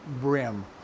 brim